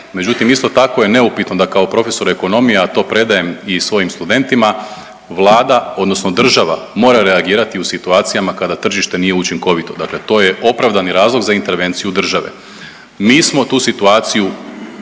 međutim, isto tako je neupitno da kao profesor ekonomije, a to predajem i svojim studentima, Vlada odnosno država moraju reagirati u situacijama kada tržište nije učinkovito, dakle to je opravdani razlog za intervenciju države. Mi smo tu situaciju